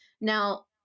Now